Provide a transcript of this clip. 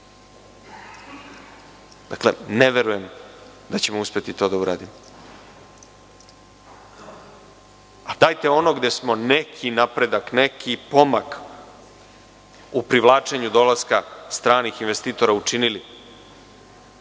Dakle, ne verujem da ćemo uspeti da to uradimo. Dajte ono gde smo neki napredak, neki pomak u privlačenju dolaska stranih investitora učinili.